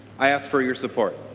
i ask for your support.